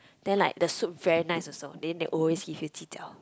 then like the soup very nice also then they always give you ji-jiao